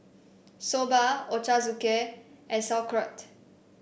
Soba Ochazuke and Sauerkraut